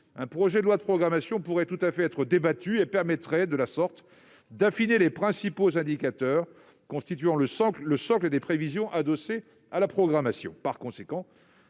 un projet de loi de programmation pourrait tout à fait être débattu et permettrait, de la sorte, d'affiner les principaux indicateurs constituant le socle des prévisions adossé à la programmation.